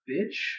Bitch